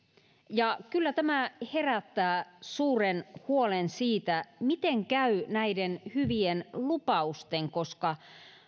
kyllä tämä herättää suuren huolen siitä miten käy näiden hyvien lupausten koska